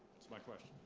that's my question.